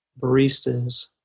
baristas